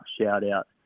shout-out